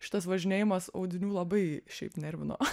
šitas važinėjimas audinių labai šiaip nervino